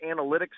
analytics